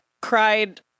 cried